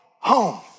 home